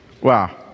Wow